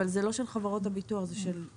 אבל היא לא של חברות הביטוח אלא של הסוכנים.